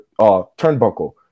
turnbuckle